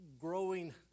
growing